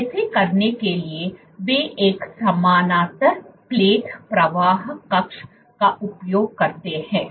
तो ऐसा करने के लिए वे एक समानांतर प्लेट प्रवाह कक्ष का उपयोग करते हैं